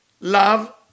love